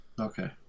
Okay